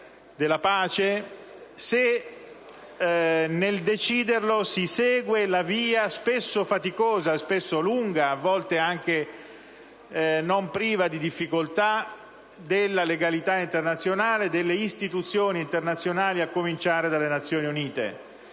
della pace, se nel deciderlo si segue la via, spesso faticosa e lunga, a volte anche non priva di difficoltà, della legalità internazionale e delle istituzioni internazionali, a cominciare dalle Nazioni Unite.